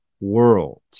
world